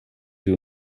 sie